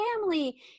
family